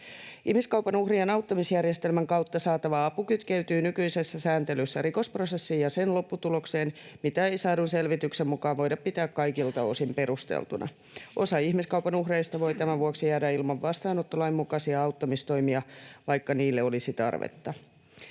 Ihmiskaupan uhrien auttamisjärjestelmän kautta saatava apu kytkeytyy nykyisessä sääntelyssä rikosprosessiin ja sen lopputulokseen, mitä ei saadun selvityksen mukaan voida pitää kaikilta osin perusteltuna. Osa ihmiskaupan uhreista voi tämän vuoksi jäädä ilman vastaanottolain mukaisia auttamistoimia, vaikka niille olisi tarvetta.